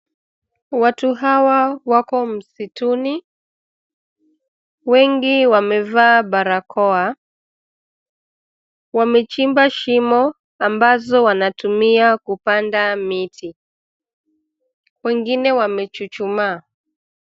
Watu hawa wako msituni, wengi wamevaa barakoa, wamechimba shimo ambazo wanatumia kupanda miti, wengine wamechuchumaa.